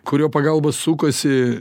kurio pagalba sukasi